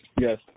yes